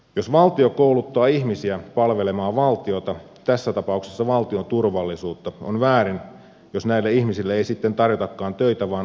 jos valtio kouluttaa ihmisiä palvelemaan valtiota tässä tapauksessa valtion turvallisuutta on väärin jos näille ihmisille ei sitten tarjotakaan töitä vaan osoitetaan ovea